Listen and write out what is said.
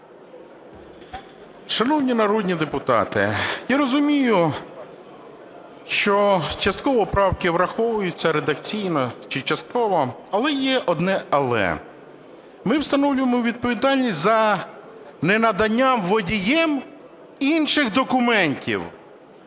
Шановні народні депутати, я розумію, що частково правки враховуються редакційно чи частково, але є одне "але". Ми встановлюємо відповідальність за ненадання водієм інших документів.